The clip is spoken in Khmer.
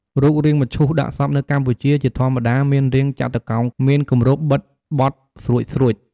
រូបរាងមឈូសដាក់សពនៅកម្ពុជា ជាធម្មតាមានរាងចតុកោណមានគម្របបិទបត់ស្រួចៗ។